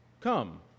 Come